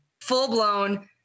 Full-blown